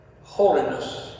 Holiness